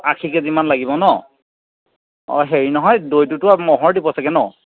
আশী কে জিমান লাগিব ন অঁ হেৰি নহয় দৈটোতো ম'হৰ দিব চাগে ন